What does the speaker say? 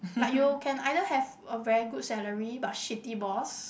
like you can either have a very good salary but shitty boss